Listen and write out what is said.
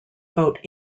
vote